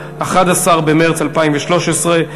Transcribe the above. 11 במרס 2013,